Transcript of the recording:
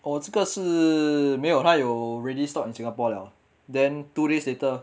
哦这个是没有他有 ready stock in singapore liao then two days later